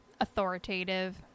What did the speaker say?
authoritative